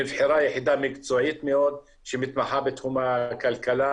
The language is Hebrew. נבחרה יחידה מקצועית מאוד שמתמחה בתחום הכלכלה,